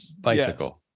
bicycle